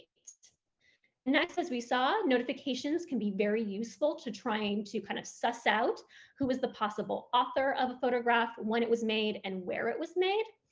next, as we saw, notifications can be very useful to trying to kind of suss out who was the possible author of a photograph, when it was made, and where it was made,